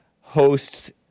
hosts